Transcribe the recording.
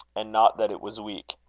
and not that it was weak.